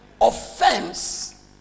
Offense